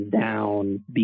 down